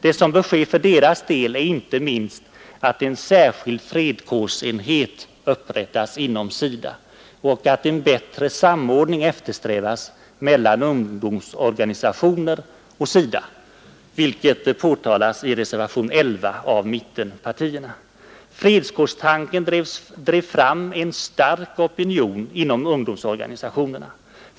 Det som bör ske för deras del är inte minst att en särskild fredskårsenhet upprättas inom SIDA och att en bättre samordning eftersträvas mellan ungdomsorganisationer och SIDA, vilket påpekas i tionerna.